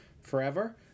forever